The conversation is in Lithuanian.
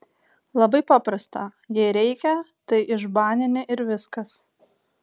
labai paprasta jei reikia tai išbanini ir viskas